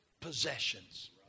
possessions